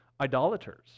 idolaters